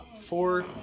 four